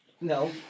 No